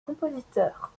compositeur